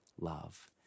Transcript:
love